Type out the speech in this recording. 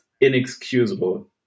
inexcusable